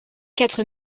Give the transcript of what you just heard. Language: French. quatre